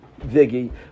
Viggy